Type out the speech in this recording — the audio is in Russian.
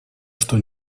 что